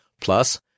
Plus